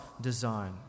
design